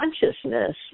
consciousness